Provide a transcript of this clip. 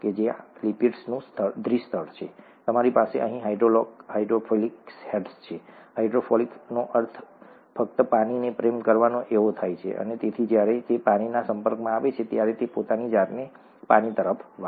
આ લિપિડ્સનું દ્વિ સ્તર છે તમારી પાસે અહીં હાઇડ્રોફિલિક હેડ્સ છે હાઇડ્રોફિલિકનો અર્થ ફક્ત પાણીને પ્રેમ કરવો એવો થાય છે અને તેથી જ્યારે તે પાણીના સંપર્કમાં આવે છે ત્યારે તે પોતાની જાતને પાણી તરફ વાળશે